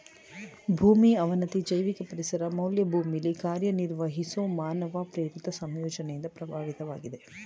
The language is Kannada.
ಭೂಮಿ ಅವನತಿ ಜೈವಿಕ ಪರಿಸರ ಮೌಲ್ಯ ಭೂಮಿಲಿ ಕಾರ್ಯನಿರ್ವಹಿಸೊ ಮಾನವ ಪ್ರೇರಿತ ಸಂಯೋಜನೆಯಿಂದ ಪ್ರಭಾವಿತವಾಗಿದೆ